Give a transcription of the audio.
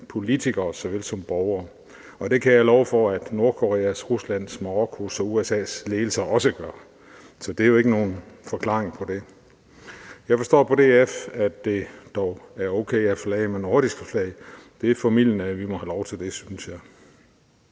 politikere såvel som borgere. Og det kan jeg love for at Nordkoreas, Ruslands, Marokkos og USA's ledelser også gør, så det er jo ikke nogen forklaring på det. Jeg forstår på DF, at det dog er okay at flage med de nordiske flag. Det er formildende, at vi må have lov til det, synes jeg.